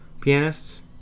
pianists